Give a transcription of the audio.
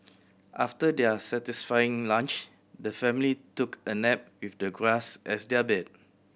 after their satisfying lunch the family took a nap with the grass as their bed